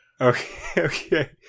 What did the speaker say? Okay